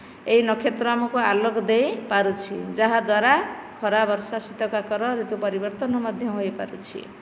ଏହି ନକ୍ଷତ୍ର ଆମକୁ ଆଲୋକ ଦେଇ ପାରୁଛି ଯାହା ଦ୍ୱାରା ଖରା ବର୍ଷା ଶୀତ କାକର ଋତୁ ପରି ବର୍ତ୍ତନ ମଧ୍ୟ ହୋଇପାରୁଛି